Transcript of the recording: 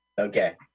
Okay